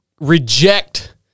reject